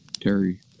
Terry